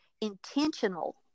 intentional